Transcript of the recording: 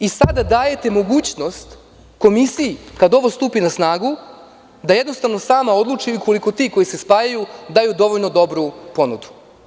I sada dajete mogućnost komisiji kada ovo stupi na snagu, da sama odluči ukoliko ti koji se spajaju daju dovoljno dobru ponudu.